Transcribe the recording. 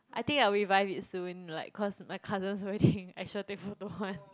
I think I will revive it soon like cause my cousin's wedding I sure take photo [one]